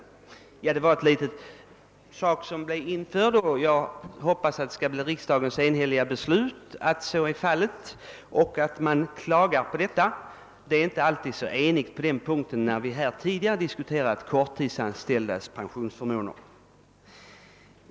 Dessa ord blev alltså införda i utskottets utlåtande, och jag hoppas att riksdagen enhälligt skall godta den skrivningen som innebär att man klagar på detta förhållande. Det har inte alltid rått enighet när vi diskuterat frågan om de korttidsanställdas pensionsförmåner.